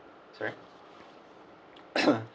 sorry